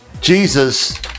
Jesus